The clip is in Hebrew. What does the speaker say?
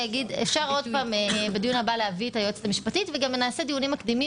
אפשר בדיון להביא לכאן את היועצת המשפטית וגם נערוך דיונים מקדימים